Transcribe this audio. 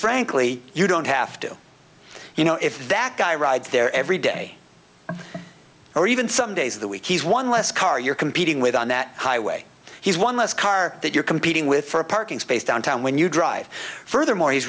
frankly you don't have to you know if that guy right there every day or even some days of the week he's one less car you're competing with on that highway he's one less car that you're competing with for a parking space downtown when you drive further more he's